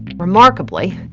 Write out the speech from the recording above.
remarkably,